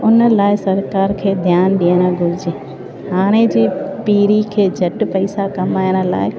हुन लाइ सरकारि खे ध्यानु ॾियणु घुरिजे हाणे जी पिढ़ीअ खे झटि पैसा कमाइण लाइ